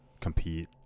compete